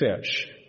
fish